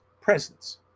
presence